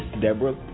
Deborah